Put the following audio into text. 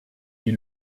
die